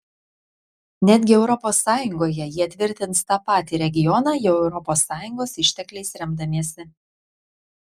netgi europos sąjungoje jie tvirtins tą patį regioną jau europos sąjungos ištekliais remdamiesi